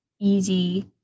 easy